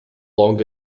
long